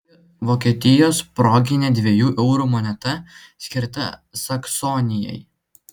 vokietijos proginė dviejų eurų moneta skirta saksonijai